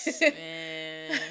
Man